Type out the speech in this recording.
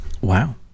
Wow